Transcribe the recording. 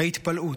ההתפלאות.